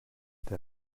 der